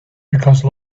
because